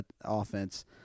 offense